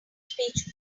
speech